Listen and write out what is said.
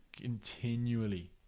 continually